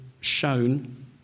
shown